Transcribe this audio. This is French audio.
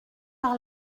par